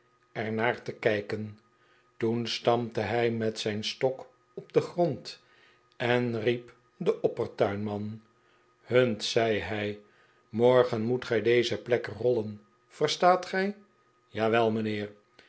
er naar te kijken toen stampte hij met zijn stok op den grond en riep den oppertuinman hunt zei hij morgen moet gij deze plek rollen verstaat gij jawei mijnheer